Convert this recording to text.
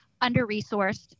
under-resourced